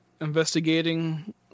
investigating